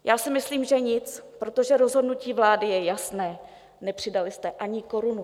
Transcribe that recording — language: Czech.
Já si myslím, že nic, protože rozhodnutí vlády je jasné, nepřidali jste ani korunu.